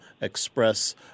Express